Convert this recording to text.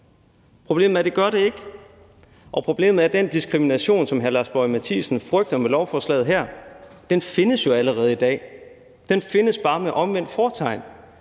Problemet er, at det gør det ikke, og problemet er, at den diskrimination, som hr. Lars Boje Mathiesen frygter sker med lovforslaget her, jo allerede findes i dag. Den findes bare med omvendt fortegn.